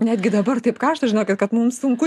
netgi dabar taip karšta žinokit kad mums sunku